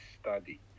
study